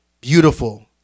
beautiful